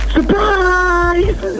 Surprise